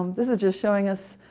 um this is just showing us